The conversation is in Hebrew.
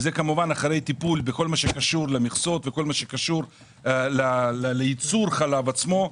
וזה המובן אחרי טיפול בכל מה שקשור למכסות ולייצור חלב עצמו,